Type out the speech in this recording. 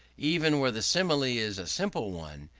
even where the simile is a simple one,